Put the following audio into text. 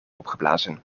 opgeblazen